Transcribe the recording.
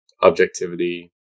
objectivity